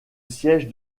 siège